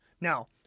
Now